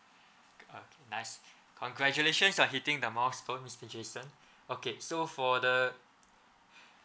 ah nice congratulations for hitting the milestone mister jason okay so for the